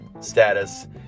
Status